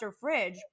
fridge